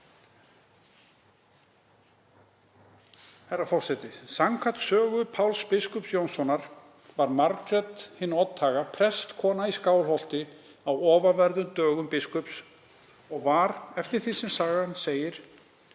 Herra forseti. Samkvæmt sögu Páls biskups Jónssonar var Margrét hin oddhaga prestskona í Skálholti á ofanverðum dögum biskups og var, eftir því sem sagan segir,